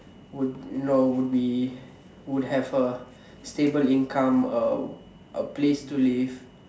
would you know would be would have a stable income a a place to live